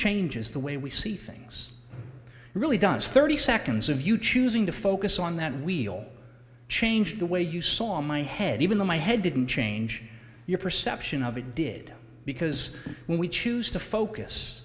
changes the way we see things really done thirty seconds of you choosing to focus on that we'll change the way you saw in my head even though my head didn't change your perception of it did because when we choose to focus